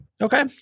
Okay